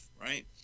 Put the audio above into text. right